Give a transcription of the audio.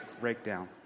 breakdown